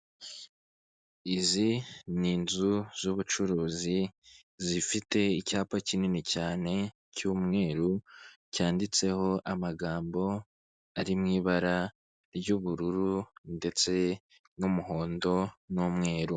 Izi ni inzu z'ubucuruzi zifite icyapa kinini cyane cy'umweru, cyanditseho amagambo ari mu ibara ry'ubururu ndetse n'umuhondo n'umweru.